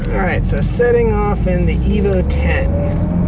alright. so, setting off in the evo ten.